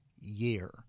year